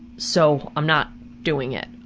so i'm not doing it.